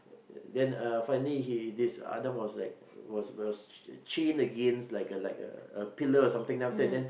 then uh finally he this Adam was like was was chained against like a like a pillar or something then